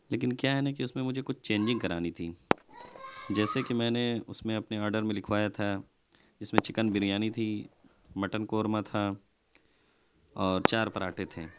لیکن کیا ہے نا کہ مجھے اس میں کچھ چینجیگ کرانی تھی جیسے کہ میں نے اس میں اپنے آرڈر میں لکھوایا تھا جس میں چکن بریانی تھی مٹن قورمہ تھا اورچار پراٹھے تھے